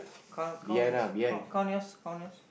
count count and see count yes count yes